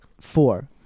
Four